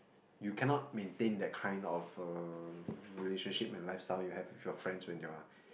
you cannot maintain that kind of uh relationship and lifestyle you have with your friends when you are